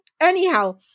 anyhow